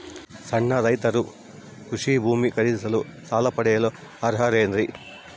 ಸಣ್ಣ ರೈತರು ಕೃಷಿ ಭೂಮಿ ಖರೇದಿಸಲು ಸಾಲ ಪಡೆಯಲು ಅರ್ಹರೇನ್ರಿ?